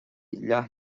leath